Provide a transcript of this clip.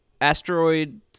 Asteroid